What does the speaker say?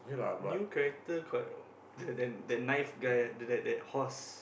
new character got the the the knife guy that that that horse